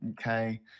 okay